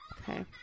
Okay